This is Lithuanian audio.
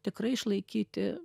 tikrai išlaikyti